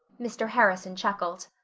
mr. harrison chuckled.